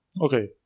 okay